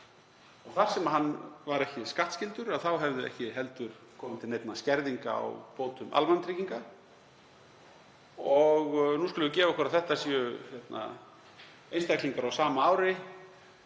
og þar sem hann var ekki skattskyldur hefði ekki heldur komið til neinna skerðinga á bótum almannatrygginga. Nú skulum við gefa okkur að þetta séu einstaklingar á sama ári,